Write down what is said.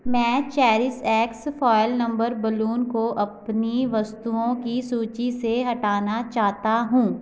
मैं Cherish X foil number balloon को अपनी वस्तुओं की सूची से हटाना चाहता हूँ